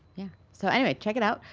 yeah. so anyway, check it out,